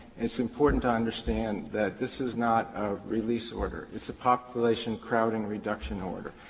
it's important to understand that this is not a release order. it's a population crowding reduction order.